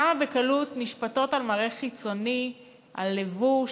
כמה בקלות הן נשפטות על מראה חיצוני, על לבוש,